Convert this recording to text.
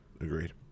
agreed